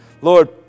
Lord